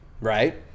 right